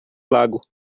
lago